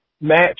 match